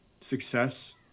success